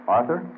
Arthur